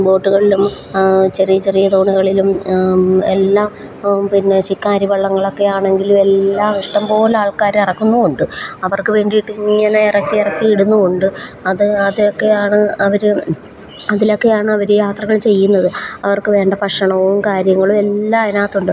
ബോട്ടുകളിലും ചെറിയ ചെറിയ തോണികളിലും എല്ലാം പിന്നെ ശിക്കാരി വള്ളങ്ങളൊ ക്കെ ആണെങ്കിലുമെല്ലാം ഇഷ്ടം പോലെ ആൾക്കാരെയിറക്കുന്നുമുണ്ട് അവർക്ക് വേണ്ടിയിട്ടിങ്ങനെ ഇറക്കി ഇറക്കി ഇടുന്നുമുണ്ട് അത് അതൊക്കെയാണ് അവർ അതിലൊക്കെയാണവർ യാത്രകൾ ചെയ്യുന്നത് അവർക്ക് വേണ്ട ഭക്ഷണവും കാര്യങ്ങളുമെല്ലാം അതിനകത്തുണ്ട്